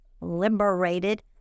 liberated